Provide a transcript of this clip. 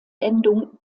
endung